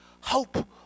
hope